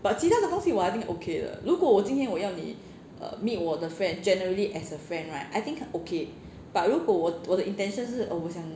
and I know you don't work therefore I don't recommend 那个 probably 会是 err meet 我的 friend generally as a friend right I think okay but 如果我我的 intention 是 oh 我想